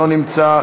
לא נמצא,